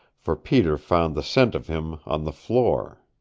for peter found the scent of him on the floor.